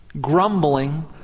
grumbling